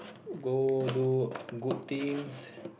go do good things